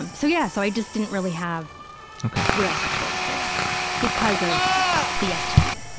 and so yeah, so i just didn't really have real sexual experiences because of the std.